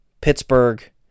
Pittsburgh